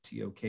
TOK